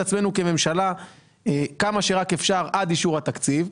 עצמנו כמה שרק אפשר עד אישור התקציב,